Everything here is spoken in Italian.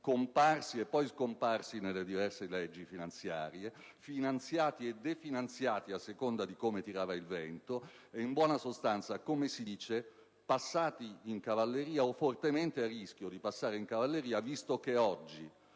comparsi e poi scomparsi nelle diverse leggi finanziarie, finanziati e definanziati a seconda di come tirava il vento e, in buona sostanza, passati in cavalleria o fortemente a rischio di passare in cavalleria, visto che oggi,